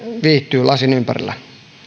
viihtyy lasin ympärillä